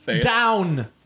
down